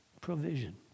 Provision